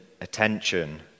attention